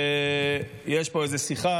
ויש פה איזו שיחה,